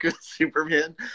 Superman